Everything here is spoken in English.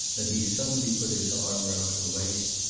then he suddenly put his arm round her waist,